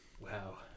wow